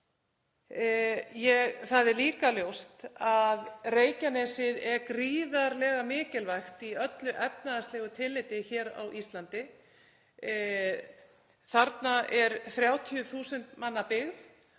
Það er líka ljóst að Reykjanesið er gríðarlega mikilvægt í öllu efnahagslegu tilliti hér á Íslandi. Þarna er 30.000 manna byggð